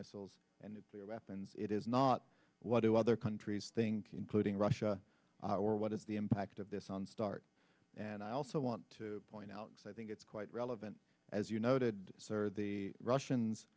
missiles and nuclear weapons it is not what do other countries think including russia or what is the impact of this on start and i also want to point out i think it's quite relevant as you noted sir the russians